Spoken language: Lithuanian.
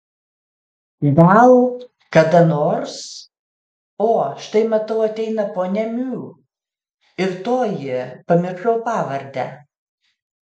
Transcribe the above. gal kada nors o štai matau ateina ponia miu ir toji pamiršau pavardę